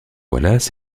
wallace